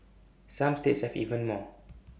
some states have even more